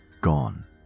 gone